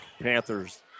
Panthers